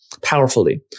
powerfully